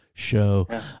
Show